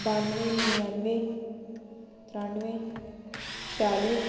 बानुएं नानममें तरेआनुएं छेयाली